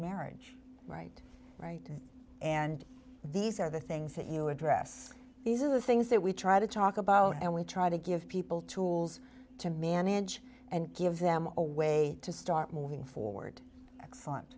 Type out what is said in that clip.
marriage right right and these are the things that you address these are the things that we try to talk about and we try to give people tools to manage and give them a way to start moving forward excellent